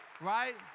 right